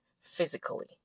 physically